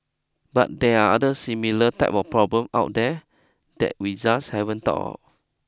but there are other similar type of problems out there that we just haven't thought of